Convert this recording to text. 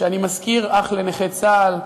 ואני מזכיר שאני אח לנכה צה"ל,